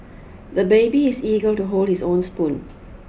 the baby is eager to hold his own spoon